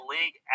League